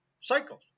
cycles